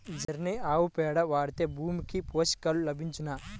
Jersey ఆవు పేడ వాడితే భూమికి పోషకాలు లభించునా?